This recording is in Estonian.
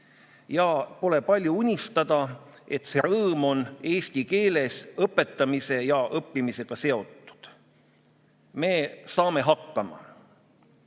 Ja pole palju unistada, et see rõõm on eesti keeles õpetamise ja õppimisega seotud. Me saame hakkama. Peatun